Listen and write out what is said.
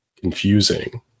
confusing